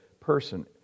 person